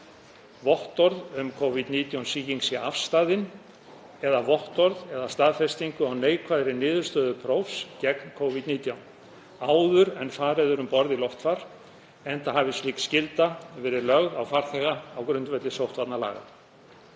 vottorð um að Covid-19-sýking sé afstaðin eða vottorð eða staðfestingu á neikvæðri niðurstöðu prófs gegn Covid-19 áður en farið er um borð í loftfar, enda hafi slík skylda verið lögð á farþega á grundvelli sóttvarnalaga.